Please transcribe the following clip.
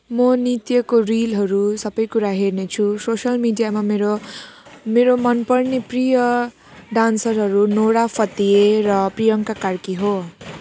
म नृत्यको रिलहरू सबै कुरा हेर्ने छु सोसियल मिडियामा मेरो मेरो मन पर्ने प्रिय डान्सरहरू नोरा फतेही र प्रियङ्का कार्की हो